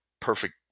perfect